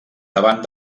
davant